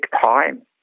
time